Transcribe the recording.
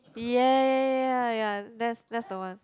ya ya ya ya that's that's the one